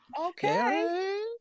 okay